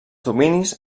dominis